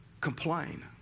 complain